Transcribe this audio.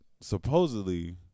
supposedly